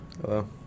Hello